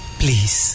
please